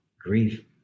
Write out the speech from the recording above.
grief